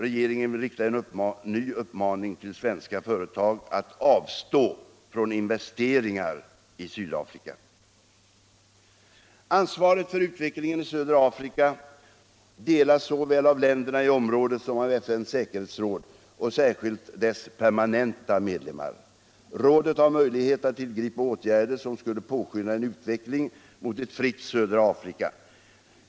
Regeringen vill rikta en ny uppmaning till svenska företag att avstå från investeringar i Sydafrika. Ansvaret för utvecklingen i södra Afrika delas såväl av länderna i området som av FN:s säkerhetsråd, och särskilt dess permanenta medlemmar. Rådet har möjlighet att tillgripa åtgärder som skulle påskynda en utveckling mot ett fritt södra Afrika.